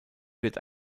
wird